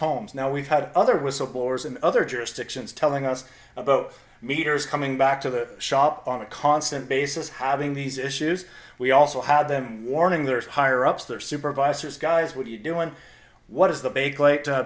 homes now we've had other whistleblowers in other jurisdictions telling us about meters coming back to the shop on a constant basis having these issues we also had them warning there's higher ups their supervisors guys would you do and what is the